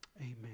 amen